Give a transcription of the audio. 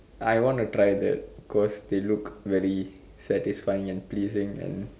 I want try that cause they look very satisfying and pleasing and